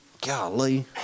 Golly